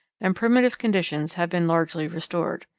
and primitive conditions have been largely restored.